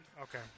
Okay